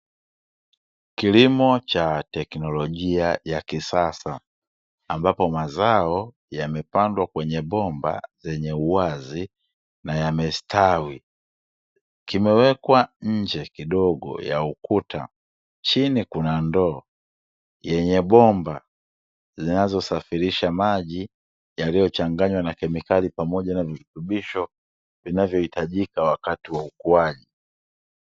Kilimo cha teknolojia ya kisasa ambapo mazao yamepandwa kwenye bomba zenye uwazi na yamestawi, kimewekwa nje kidogo ya ukuta chini kuna ndoo yenye bomba zinazosafirisha maji yaliyochanganywa na kemikali pamoja na virutubisho vinavyohitajika wakati wa ukuaji.